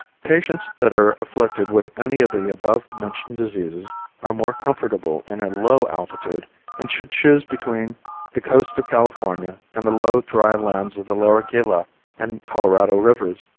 patients that are afflicted with any of the above-mentioned diseases are more comfortable in a low altitude and should choose between the coast of california and the low, dry lands of the lower gila and colorado rivers,